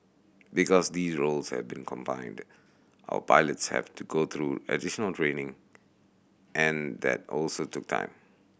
because these roles have been combined our pilots have to go through additional training and that also took time